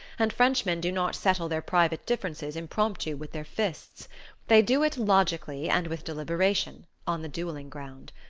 and frenchmen do not settle their private differences impromptu with their fists they do it, logically and with deliberation, on the duelling-ground.